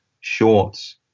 shorts